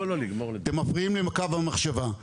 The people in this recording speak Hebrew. אתם מפריעים לי בקו המחשבה.